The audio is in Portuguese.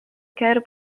quero